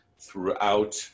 throughout